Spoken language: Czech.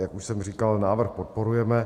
Jak už jsem říkal, návrh podporujeme.